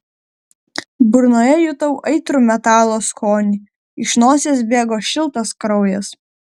burnoje jutau aitrų metalo skonį iš nosies bėgo šiltas kraujas